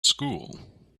school